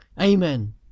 Amen